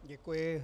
Děkuji.